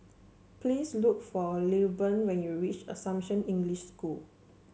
please look for Lilburn when you reach Assumption English School